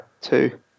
two